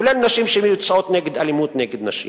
כולל נשים שיוצאות נגד אלימות נגד נשים.